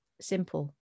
simple